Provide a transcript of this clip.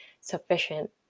sufficient